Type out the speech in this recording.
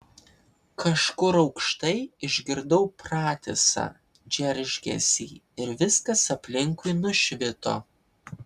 kažkur aukštai išgirdau pratisą džeržgesį ir viskas aplinkui nušvito